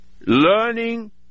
learning